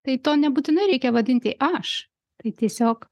tai to nebūtinai reikia vadinti aš tai tiesiog